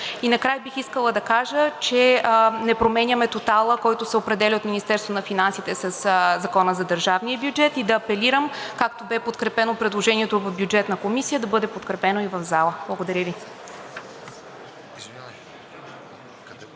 накрая бих искала да кажа, че не променяме тотала, който се определя от Министерството на финансите със Закона за държавния бюджет, и да апелирам както бе подкрепено предложението в Бюджетната комисия, да бъде подкрепено и в залата. Благодаря Ви.